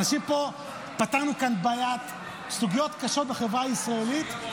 פתרנו כאן סוגיות קשות בחברה הישראלית,